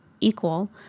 equal